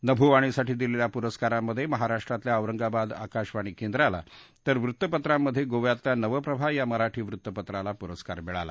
नभोवाणीसाठी दिलेल्या पुरस्कारांमध्ये महाराष्ट्रातल्या औरंगाबाद आकाशवाणी केंद्राला तर वृत्तपत्रांमध्ये गोव्यातल्या नवप्रभा या मराठी वृत्तपत्राला पुरस्कार मिळाला